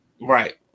Right